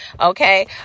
okay